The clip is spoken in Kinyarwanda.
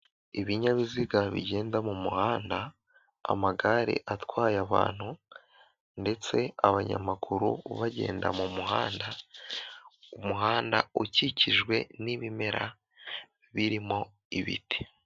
Ibinyabiziga bigenda mu muhanda, amagare atwaye abantu ndetse abanyamaguru bagenda mu muhanda, umuhanda ukikijwe n'ibimera birimo ibiti.